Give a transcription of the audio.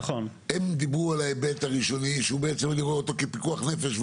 הם דיברו על ההיבט הראשוני שהוא בעצם אני רואה אותו כפיקוח נפש,